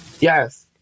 yes